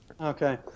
Okay